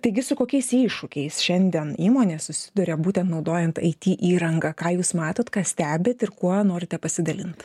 taigi su kokiais iššūkiais šiandien įmonė susiduria būtent naudojant it įrangą ką jūs matot ką stebit ir kuo norite pasidalint